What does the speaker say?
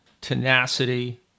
tenacity